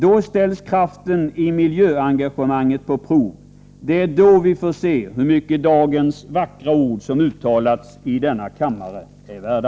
Då ställs kraften i miljöengagemanget på prov. Det är då vi får se hur mycket dagens vackra ord, som har uttalats i denna kammare, är värda.